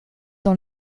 dans